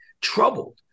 troubled